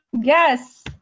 Yes